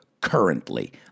currently